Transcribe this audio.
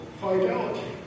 fidelity